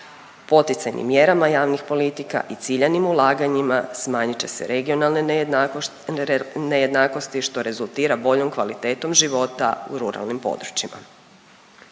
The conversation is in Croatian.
Poticajnim mjerama javnih politika i ciljanim ulaganjima smanjit će se regionalne nejednakosti što rezultira boljom kvalitetom života u ruralnim područjima.